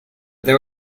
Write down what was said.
there